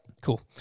Cool